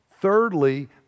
Thirdly